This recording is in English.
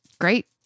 Great